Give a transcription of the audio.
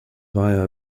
via